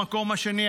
במקום השני,